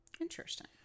Interesting